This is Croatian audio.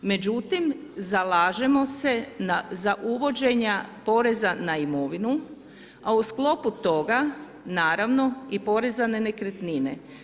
Međutim, zalažemo se za uvođenja poreza na imovinu, a u sklopu toga, naravno, i poreza na nekretnine.